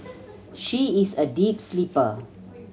she is a deep sleeper